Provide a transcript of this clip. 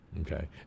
Okay